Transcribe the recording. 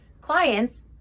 clients